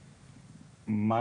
---.